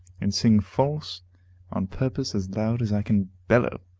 and sing false on purpose as loud as i can bellow.